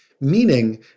Meaning